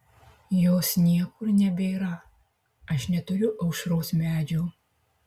jos niekur nebėra aš neturiu aušros medžio